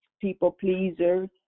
people-pleasers